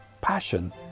passion